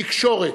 תקשורת,